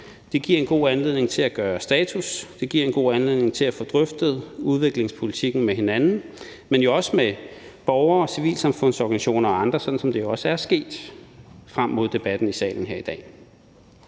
Det giver en god anledning til at gøre status, og det giver en god anledning til at få drøftet udviklingspolitikken med hinanden, men jo også med borgere, civilsamfundsorganisationer og andre, sådan som det også er sket frem mod debatten i salen her i dag.